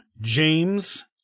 James